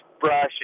brush